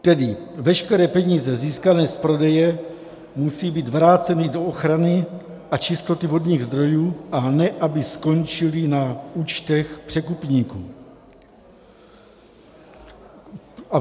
Tedy veškeré peníze získané z prodeje musí být vráceny do ochrany a čistoty vodních zdrojů, a ne aby skončily na účtech překupníků.